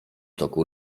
toku